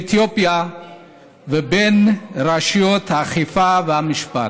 אתיופיה ובין רשויות האכיפה והמשפט.